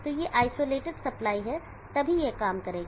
तो ये isolated supply हैं तभी यह काम करेगा